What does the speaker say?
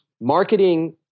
Marketing